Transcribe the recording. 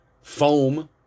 foam